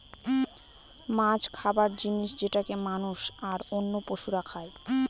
মাছ খাবার জিনিস যেটাকে মানুষ, আর অন্য পশুরা খাই